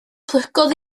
plygodd